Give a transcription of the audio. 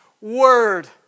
Word